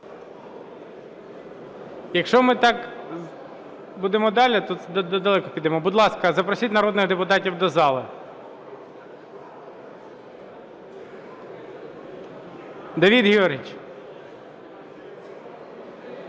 Якщо ми так будемо далі, то далеко підемо. Будь ласка, запросіть народних депутатів до зали. Давид Георгійович.